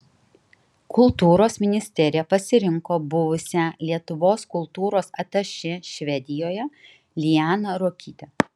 kultūros ministerija pasirinko buvusią lietuvos kultūros atašė švedijoje lianą ruokytę